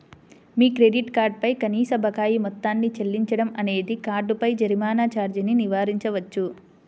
మీ credit card పై కనీస బకాయి మొత్తాన్ని చెల్లించడం అనేది కార్డుపై జరిమానా ఛార్జీని నివారించవచ్చు